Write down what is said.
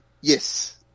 yes